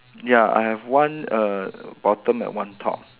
ya I have one err bottom and one top